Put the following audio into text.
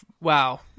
Wow